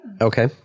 Okay